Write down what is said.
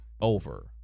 over